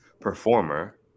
performer